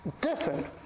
different